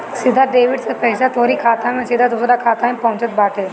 सीधा डेबिट से पईसा तोहरी खाता से सीधा दूसरा के खाता में पहुँचत बाटे